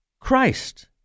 Christ